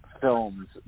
films